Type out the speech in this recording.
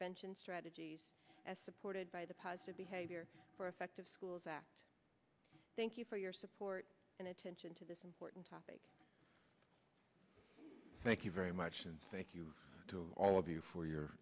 bench and strategies as supported by the positive behavior for effective schools act thank you for your support and attention to this important topic thank you very much and thank you to all of you for your